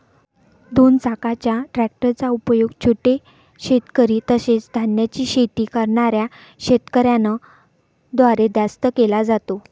दोन चाकाच्या ट्रॅक्टर चा उपयोग छोटे शेतकरी, तसेच धान्याची शेती करणाऱ्या शेतकऱ्यांन द्वारे जास्त केला जातो